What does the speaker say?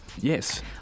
yes